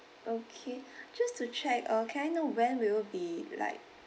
okay just to check uh can I know of when will you be like